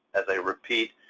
as a repeat,